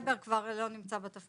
טרייבר כבר לא נמצא בתפקיד.